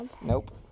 Nope